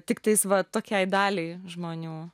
tiktais va tokiai daliai žmonių